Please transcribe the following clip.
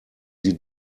sie